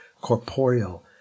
corporeal